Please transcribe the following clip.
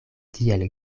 tiel